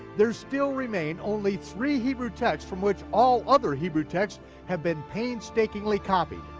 there still remain only three hebrew texts from which all other hebrew texts have been painstakingly copied.